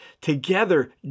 together